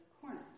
corner